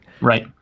Right